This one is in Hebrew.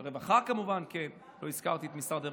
הרווחה, כמובן, לא הזכרתי את משרד הרווחה.